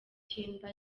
cyenda